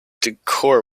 decor